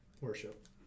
worship